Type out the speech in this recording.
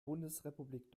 bundesrepublik